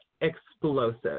explosive